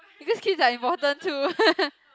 because kids are important too